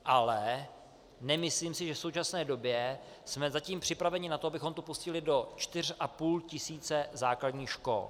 Ale nemyslím si, že v současné době jsme zatím připraveni na to, abychom to pustili do 4,5 tisíc základních škol.